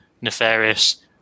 nefarious